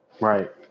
Right